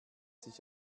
sich